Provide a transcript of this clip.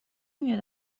میاد